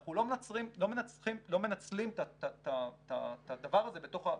אנחנו לא מנצלים את הדבר הזה בתוך השיח.